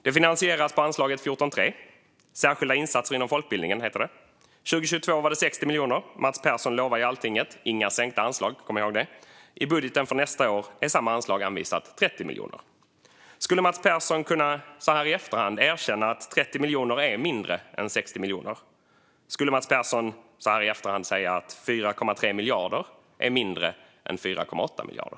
Det finansieras på anslaget 14:3 Särskilda insatser inom folkbildning en . År 2022 var det 60 miljoner, och Mats Persson lovade inga sänkta anslag i Altinget. I budgeten för nästa år är samma anslag anvisat 30 miljoner. Såhär i efterhand, kan Mats Persson erkänna att 30 miljoner är mindre än 60 miljoner? Kan Mats Persson säga att 4,3 miljarder är mindre än 4,8 miljarder?